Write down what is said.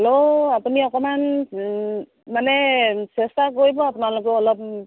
হ'লেও আপুনি অকণমান মানে চেষ্টা কৰিব আপোনালোকে অলপ